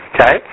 Okay